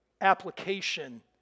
application